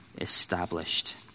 established